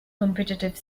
competitive